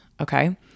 Okay